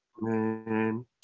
man